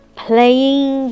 playing